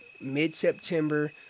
mid-September